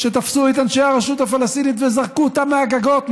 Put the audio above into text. שתפסו את אנשי הרשות הפלסטינית וזרקו אותם מהגגות,